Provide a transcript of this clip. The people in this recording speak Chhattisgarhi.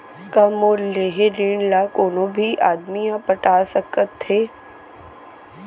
का मोर लेहे ऋण ला कोनो भी आदमी ह पटा सकथव हे?